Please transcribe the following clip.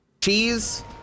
Cheese